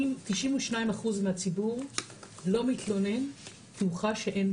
92% מהציבור לא מתלונן כי הוא חש שאין